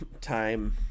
time